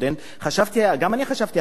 גם אני חשבתי "הבין-לאומי".